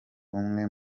umwe